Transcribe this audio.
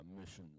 missions